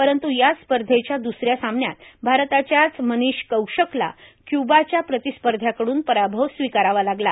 परंतू याच स्पर्धेच्या दुसऱ्या सामन्यात भारताच्याच मनिष कौशिकला क्य्बाच्या प्रतिस्पध्याकडून पराभव स्विकारावा लागला